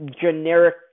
generic